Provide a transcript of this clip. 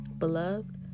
beloved